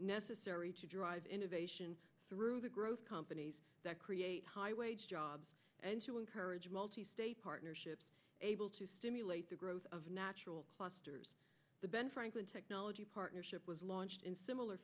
necessary to drive innovation through the growth companies that create high wage jobs and to encourage partnerships able to stimulate the growth of natural clusters the ben franklin technology partnership was launched in similar